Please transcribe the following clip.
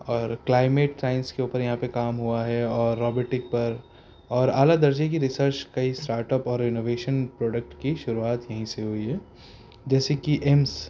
اور climate science کے اوپر یہاں پہ کام ہوا ہے اور روبیٹک پر اور اعلیٰ درجے کی ریسرچ کئی اسٹارٹ اپ اور انوویشن پروڈکٹ کی شروعات یہیں سے ہوئی ہے جیسے کہ ایمس